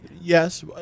yes